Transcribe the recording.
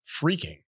freaking